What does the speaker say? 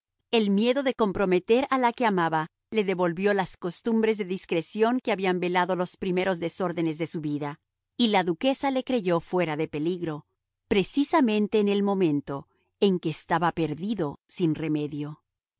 el miedo de comprometer a la que amaba le devolvió las costumbres de discreción que habían velado los primeros desórdenes de su vida y la duquesa le creyó fuera de peligro precisamente en el momento en que estaba perdido sin remedio